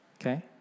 okay